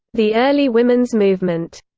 the early women's movement,